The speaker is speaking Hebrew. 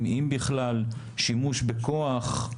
ואם בכלל, שימוש בכוח,